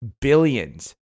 billions